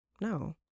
no